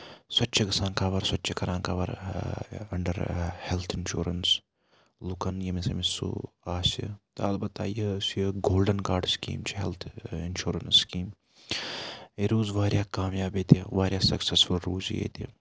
سۄ تہِ چھےٚ گژھان کَور سۄ تہِ چھےٚ کران کَور اَنڈر ہیٚلٕتھ اِنشورَنس لُکن ییٚمِس ییٚمِس سُہ آسہِ تہٕ اَلبتہ یہِ یُس یہِ گولڈَن کارڈ سِکیٖم چھےٚ ہیٚلٕتھ اِنشورَنس سِکیٖم یہِ روٗز واریاہ کَامیاب ییٚتہِ واریاہ سِکسیسفُل روٗز یہِ ییٚتہِ